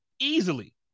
easily